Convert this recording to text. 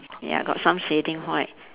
ya got some shading white